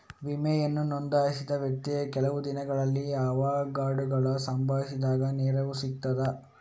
ವಿಮೆಯನ್ನು ನೋಂದಾಯಿಸಿದ ವ್ಯಕ್ತಿಗೆ ಕೆಲವೆ ದಿನಗಳಲ್ಲಿ ಅವಘಡಗಳು ಸಂಭವಿಸಿದಾಗ ನೆರವು ಸಿಗ್ತದ?